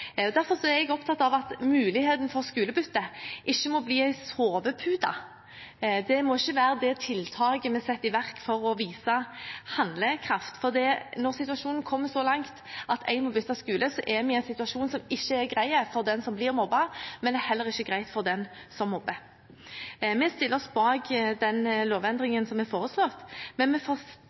vurderes. Derfor er jeg opptatt av at muligheten for skolebytte ikke må bli en sovepute. Det må ikke være det tiltaket vi setter i verk for å vise handlekraft, for når situasjonen kommer så langt at en må bytte skole, er vi i en situasjon som ikke er grei for den som blir mobbet, men heller ikke grei for den som mobber. Vi stiller oss bak den lovendringen som er foreslått, men